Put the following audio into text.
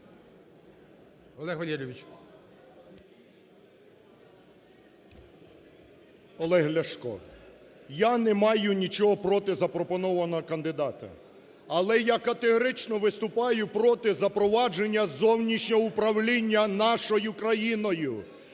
О.В. Олег Ляшко. Я не маю нічого проти запропонованого кандидата. Але я категорично виступаю проти запровадження зовнішнього управління нашою країною